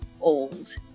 old